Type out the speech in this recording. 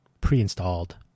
pre-installed